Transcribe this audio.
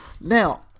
Now